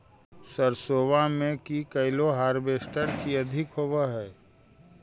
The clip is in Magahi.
सरसोबा मे की कैलो हारबेसटर की अधिक होब है?